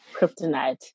kryptonite